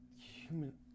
Human-